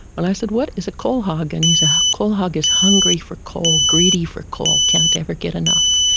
and i said, what is a coal hog? and he said, ah coal hog is hungry for coal. greedy for coal. can't ever get enough.